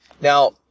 Now